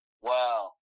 Wow